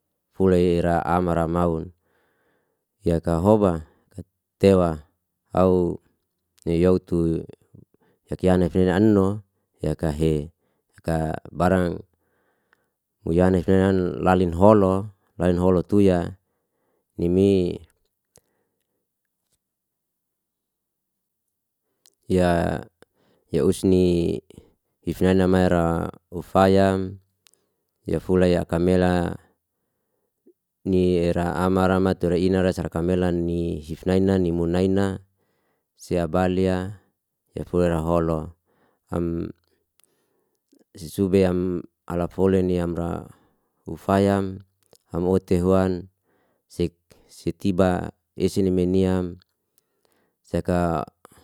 Huley ra amara ya kahoba ya tewa, au ei yautu ya kianafe ya anhu, yakahe yaka barang uyana fean lalinholo lalinholo tuya, leni ya ya usni ifnaina mara ufayam ya fulay ya kamela. Nira amara tu inara sar safkamenani ifnai nani munaina, si baliya tefulaholo. Am si sube am alafolini amra ufayam, am hoti huan, si sitiba esene meniam seka.